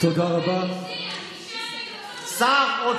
הם צריכים לקבל, אבל מה זה קשור לשר האוצר?